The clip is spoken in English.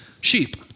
sheep